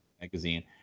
magazine